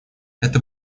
это